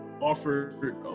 offered